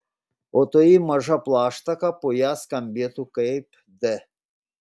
o toji maža plaštaka po ja skambėtų kaip d